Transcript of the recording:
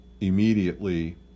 immediately